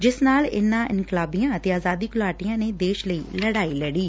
ਜਿਸ ਨਾਲ ਇਨ੍ਹਾ ਇਨਕਲਾਬੀਆਂ ਅਤੇ ਆਜਾਦੀ ਘੁਲਾਟੀਆਂ ਨੇ ਦੇਸ਼ ਲਈ ਲੜਾਈ ਲੜੀ